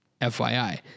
FYI